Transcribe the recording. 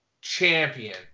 champion